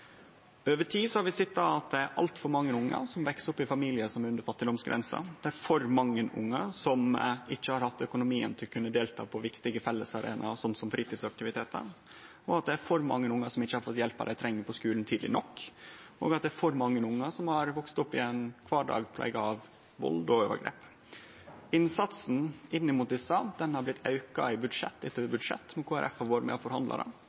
Over tid har vi sett at det er altfor mange ungar som veks opp i familiar som ligg under fattigdomsgrensa, at det er for mange ungar som ikkje har hatt økonomi til å kunne delta på viktige fellesarenaer, som fritidsaktivitetar, at det er for mange ungar som ikkje har fått den hjelpa dei treng på skulen, tidleg nok, og at det er for mange ungar som har vakse opp i ein kvardag prega av vald og overgrep. Innsatsen mot dette har blitt auka i budsjett etter budsjett som Kristeleg Folkeparti har vore med og forhandla.